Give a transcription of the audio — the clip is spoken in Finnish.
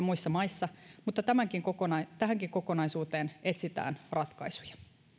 muissa maissa mutta tähänkin kokonaisuuteen etsitään ratkaisuja